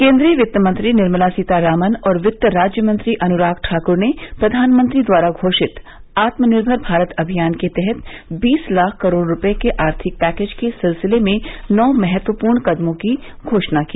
केन्द्रीय वित्त मंत्री निर्मला सीतारामन और वित्त राज्य मंत्री अनुराग ठाक्र ने प्रधानमंत्री द्वारा घोषित आत्मनिर्भर भारत अभियान के तहत बीस लाख करोड़ रुपये के आर्थिक पैकेज के सिलसिले में नौ महत्वपूर्ण कदमों की घोषणा की